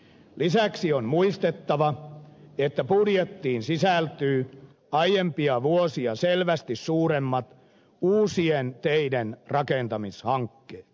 lisäksi on muistettava että budjettiin sisältyy aiempia vuosia selvästi suuremmat uusien teiden rakentamishankkeet